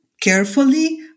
carefully